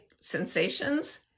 sensations